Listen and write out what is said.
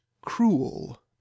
cruel